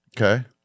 Okay